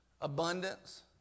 Abundance